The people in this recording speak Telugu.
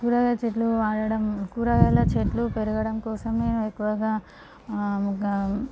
కూరగాయల చెట్లు వాడడం కూరగాయ చెట్లు పెరగడం కోసం నేను ఎక్కువగా